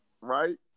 Right